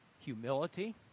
Humility